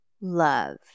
love